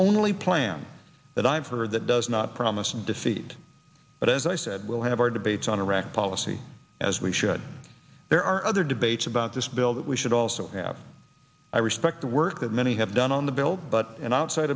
only plan that i've heard that does not promise and defeat but as i said we'll have our debate on iraq policy as we should there are other debates about this bill that we should also have i respect the work that many have done on the bill but an outside